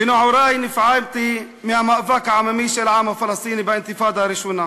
בנעורי נפעמתי מהמאבק העממי של העם הפלסטיני באינתיפאדה הראשונה